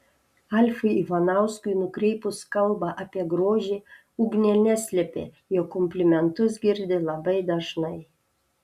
alfui ivanauskui nukreipus kalbą apie grožį ugnė neslėpė jog komplimentus girdi labai dažnai